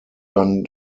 dann